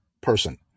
person